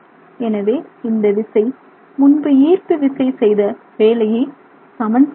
எனவே இந்த விசை முன்பு ஈர்ப்பு விசை செய்த வேலையை சமன் செய்கிறது